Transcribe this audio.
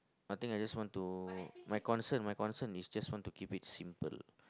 I think I just want to my concern my concern is just want to keep it simple